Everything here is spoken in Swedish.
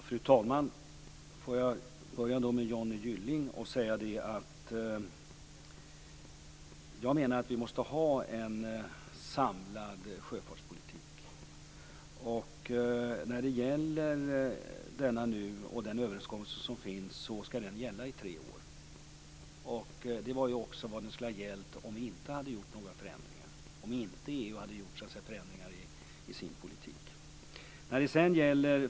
Fru talman! Jag börjar med Johnny Gylling. Jag menar att vi måste ha en samlad sjöfartspolitik. Den överenskommelse som finns skall gälla i tre år. Det är ju också vad som skulle ha gällt om vi inte hade gjort några förändringar, om inte EU hade gjort förändringar i sin politik.